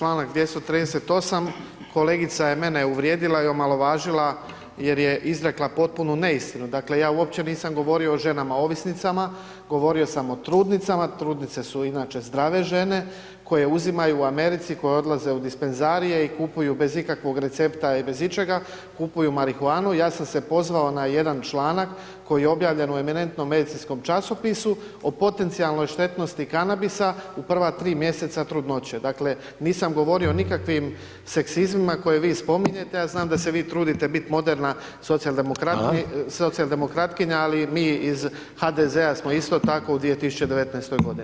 Pa čl. 238 kolegica je mene uvrijedila i omalovažila jer je izrekla potpunu neistinu, dakle ja uopće nisam govorio o ženama ovisnicama, govorio sam o trudnicama, trudnice su inače zdrave žene koje uzimaju u Americi koje odlaze u dispenzarije i kupuju bez ikakvog recepta i bez ičega, kupuju marihuanu, ja sam se pozvao na jedan članak koji je objavljen u eminentnom medicinskom časopisu o potencijalnoj štetnosti kanabisa u prva tri mjeseca trudnoće, dakle nisam govorio o nikakvih seksizmima koje vi spominjete, ja znam da se vi trudite bit moderna socijaldemokratkinja [[Upadica: Hvala.]] ali mi iz HDZ-a smo isto tako u 2019. godini.